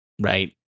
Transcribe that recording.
Right